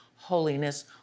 holiness